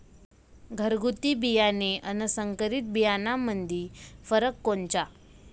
घरगुती बियाणे अन संकरीत बियाणामंदी फरक कोनचा?